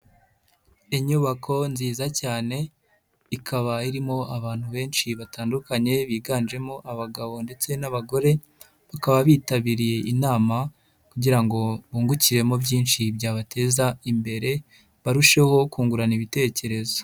Inyubako nziza cyane, ikaba irimo abantu benshi batandukanye biganjemo abagabo ndetse n'abagore, bakaba bitabiriye inama kugira ngo bungukiremo byinshi byabateza imbere, barusheho kungurana ibitekerezo.